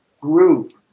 group